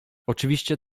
oczywiście